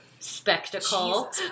spectacle